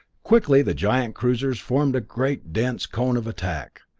quickly the giant cruisers formed a great dense cone of attack,